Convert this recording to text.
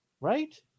Right